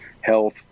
health